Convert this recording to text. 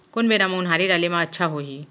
कोन बेरा म उनहारी डाले म अच्छा होही?